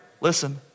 Listen